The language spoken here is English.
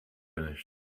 finished